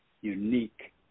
unique